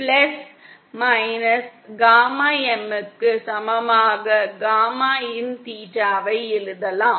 plus minus gamma M க்கு சமமாக காமாin தீட்டாவை எழுதலாம்